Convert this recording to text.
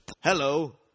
Hello